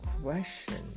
question